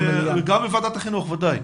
גם לוועדת החינוך, ודאי.